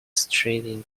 straight